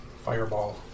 Fireball